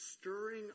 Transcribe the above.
stirring